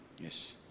yes